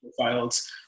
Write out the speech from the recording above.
profiles